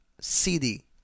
CD